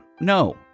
no